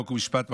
חוק ומשפט,